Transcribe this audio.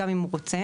גם אם הוא רוצה.